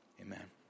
amen